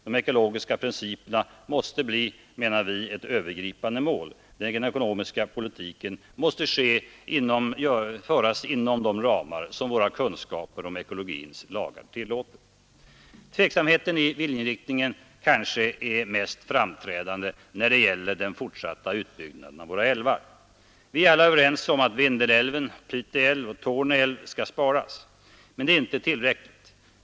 De ekologiska principerna måste bli, menar vi, ett övergripande mål, där den ekonomiska politiken måste föras inom de ramar som våra kunskaper om ekologins lagar tillåter. Tveksamheten i inriktningen kanske är mest framträdande när det gäller den fortsatta utbyggnaden av våra älvar. Vi är alla överens om att Vindelälven, Piteälv och Torne älv skall sparas. Men det är inte tillräckligt.